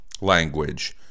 language